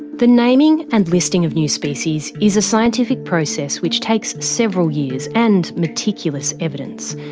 the naming and listing of new species is a scientific process which takes several years, and meticulous evidence.